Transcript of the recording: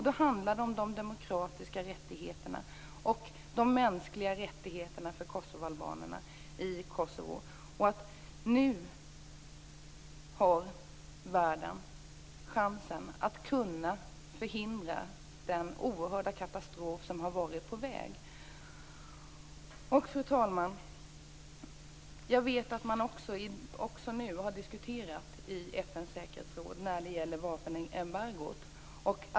Det handlar om de demokratiska och mänskliga rättigheterna för Kosovoalbanerna i Kosovo. Nu har världen chansen att kunna förhindra den oerhörda katastrof som har varit på väg. Fru talman! Jag vet att man har diskuterat vapenembargot i FN:s säkerhetsråd.